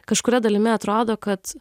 kažkuria dalimi atrodo kad